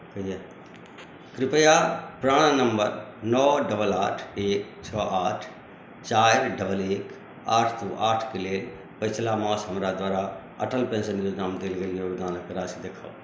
कृपया PRAN number नओ double आठ एक छओ आठ चारि डबल एक आठ दू आठके लेल पछिला मास हमरा द्वारा अटल पेंशन योजनामे देल गेल योगदानक राशि देखाउ